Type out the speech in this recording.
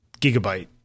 gigabyte